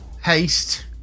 Haste